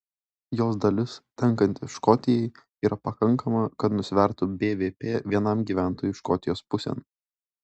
jos dalis tenkanti škotijai yra pakankama kad nusvertų bvp vienam gyventojui škotijos pusėn